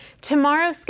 Tomorrow